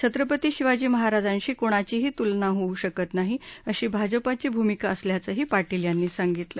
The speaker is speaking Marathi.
छत्रपती शिवाजी महाराजांशी कोणाचीही तुलना होऊ शकत नाही अशी भाजपाची भूमिका असल्याचंही पाटील यांनी सांगितलं